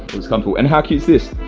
comfortable. and how cute is this?